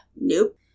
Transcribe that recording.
Nope